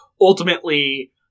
ultimately